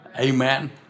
Amen